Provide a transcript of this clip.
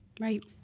Right